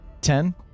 Ten